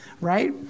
right